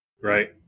Right